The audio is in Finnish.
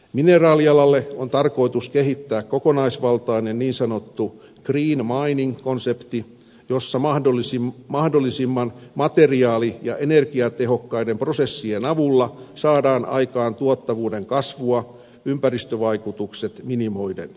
mineraalialalle on tarkoitus kehittää kokonaisvaltainen niin sanottu green mining konsepti jossa mahdollisimman materiaali ja energiatehokkaiden prosessien avulla saadaan aikaan tuottavuuden kasvua ympäristövaikutukset minimoiden